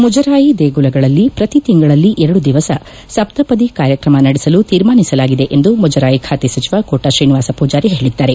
ಮುಜರಾಯಿ ದೇಗುಲಗಳಲ್ಲಿ ಪ್ರತಿ ತಿಂಗಳಲ್ಲಿ ಎರಡು ದಿವಸ ಸಪ್ತಪದಿ ಕಾರ್ಯಕ್ರಮ ನಡೆಸಲು ತೀರ್ಮಾನಿಸಲಾಗಿದೆ ಎಂದು ಮುಜರಾಯಿ ಖಾತೆ ಸಚಿವ ಕೋಟಾ ಶ್ರೀನಿವಾಸ ಪೂಜಾರಿ ಹೇಳಿದ್ದಾರೆ